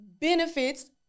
benefits